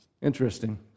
Interesting